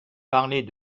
parler